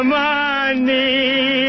money